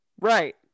right